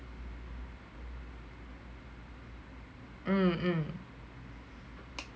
mm mm